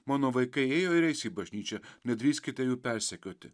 mano vaikai ėjo ir eis į bažnyčią nedrįskite jų persekioti